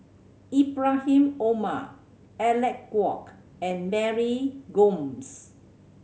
Ibrahim Omar Alec Kuok and Mary Gomes